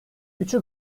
üçü